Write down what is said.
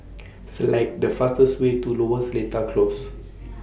Select The fastest Way to Lower Seletar Close